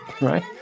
right